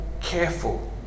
careful